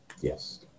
Yes